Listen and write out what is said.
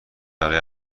برای